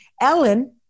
Ellen